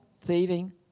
thieving